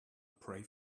pray